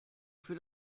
für